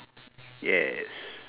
yes